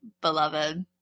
beloved